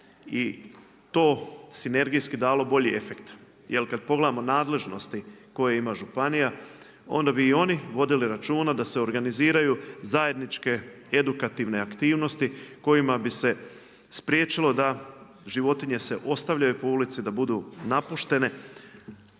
i to sinergijski dalo bolji efekt. Jel kada pogledamo nadležnosti koje ima županija onda bi i oni vodili računa da se organiziraju zajedničke edukativne aktivnosti kojima bi se spriječilo da se životinje ostavljaju po ulici, da budu napuštene,